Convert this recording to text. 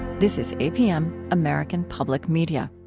this is apm, american public media